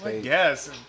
yes